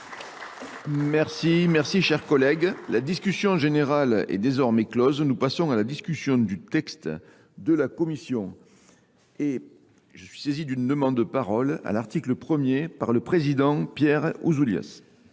Merci, merci chers collègues. La discussion générale est désormais close. Nous passons à la discussion du texte de la Commission. Et je suis saisi d'une demande de parole à l'article 1er par le président Pierre Ousoulias.